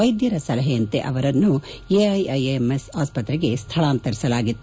ವೈದ್ಯರ ಸಲಹೆಯಂತೆ ಅವರನ್ನು ಎಐಐಎಂಎಸ್ ಆಸ್ಪತ್ರೆಗೆ ಸ್ಥಳಾಂತರಿಸಲಾಗಿತ್ತು